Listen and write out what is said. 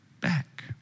back